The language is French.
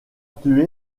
tué